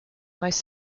most